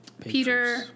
Peter